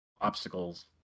obstacles